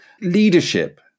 Leadership